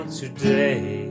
today